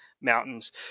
mountains